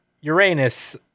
Uranus